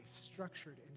structured